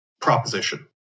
proposition